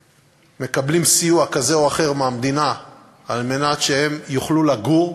שמקבלים סיוע כזה או אחר מהמדינה על מנת שהם יוכלו לגור,